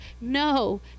No